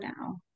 now